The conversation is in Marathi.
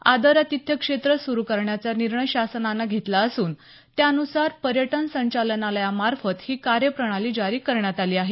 आदरातिथ्य क्षेत्र सुरु करण्याचा निर्णय शासनान घेतला असून त्यानुसार पर्यटन संचालनालयामार्फत ही कार्यप्रणाली जारी करण्यात आली आहे